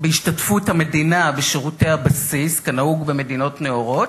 בהשתתפות המדינה בשירותי הבסיס כנהוג במדינות נאורות,